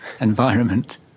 environment